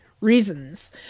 reasons